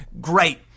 Great